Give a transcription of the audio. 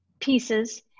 pieces